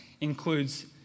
includes